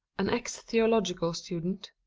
an ex theological student,